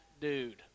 dude